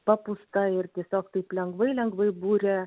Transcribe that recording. papūsta ir tiesiog taip lengvai lengvai burė